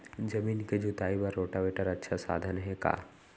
जमीन के जुताई बर रोटोवेटर अच्छा साधन हे का?